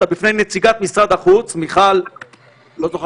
בפני נציגת משרד החוץ מיכל וילר לא יכול